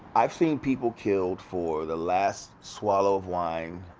i've seen people killed for the last swallow of wine,